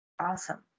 awesome